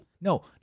No